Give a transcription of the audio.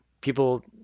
people